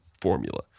formula